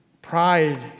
Pride